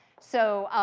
so,